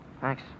Thanks